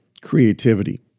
creativity